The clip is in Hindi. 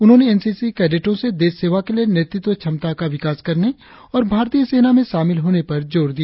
उन्होंने एन सी सी कैडेटो से देश सेवा के लिए नेतृत्व क्षमता का विकास करने और भारतीय सेना में शामिल होने पर जोर दिया